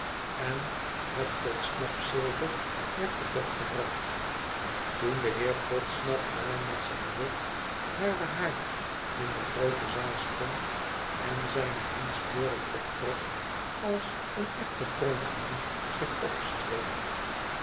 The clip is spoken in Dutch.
en het podsnap zilver werd te bed gebracht toen de heer podsnap daar met zijn rug naar den haard in de groote zaal stond en zijne hemdsboorden optrok als een echte pronkhaan zich opstreek